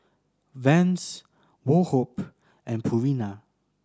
Vans Woh Hup and Purina